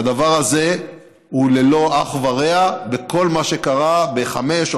הדבר הזה הוא ללא אח ורע בכל מה שקרה בחמש,